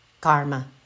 Karma